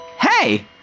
Hey